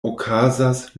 okazas